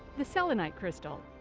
the selenite crystal.